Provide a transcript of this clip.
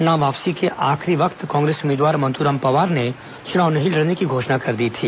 नाम वापसी के आखिरी वक्त कांग्रेस उम्मीदवार मंतूराम पवार ने चुनाव न लड़ने की घोषणा कर दी थी